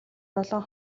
долоо